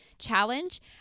challenge